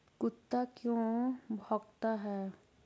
कुत्ता क्यों भौंकता है?